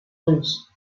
ulls